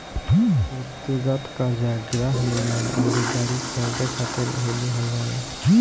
ब्यक्तिगत कर्जा गृह निर्माण अउरी गाड़ी खरीदे खातिर भी लिहल जाला